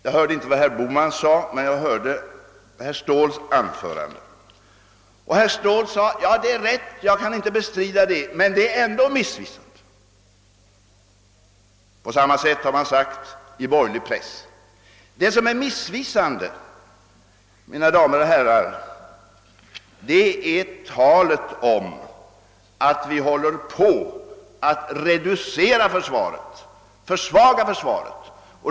Jag hörde inte vad herr Bohman sade, men jag lyssnade på herr Ståhls anförande. Han yttrade: »Det är rätt, jag kan inte bestrida det, men det är ändå missvisande.» På samma sätt har man uttryckt sig i borgerlig press. Det som är missvisande, mina damer och herrar, är talet om att vi håller på att reducera och försvaga försvaret.